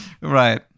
Right